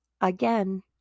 again